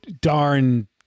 darn